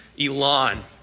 Elon